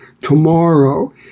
tomorrow